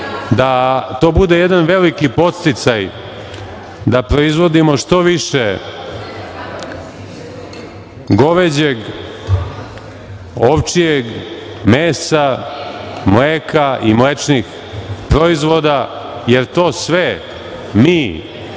Da to bude jedan veliki podsticaj da proizvodimo što više goveđeg, ovčjeg mesa, mleka i mlečnih proizvoda, jer to sve mi, kao